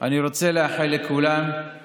אני רוצה לאחל לכולם,